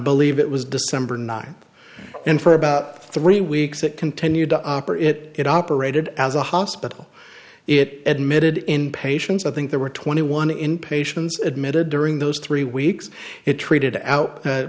believe it was december ninth and for about three weeks it continued to operate it it operated as a hospital it admitted in patients i think there were twenty one in patients admitted during those three weeks it treated out